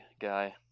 guy